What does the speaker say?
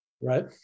Right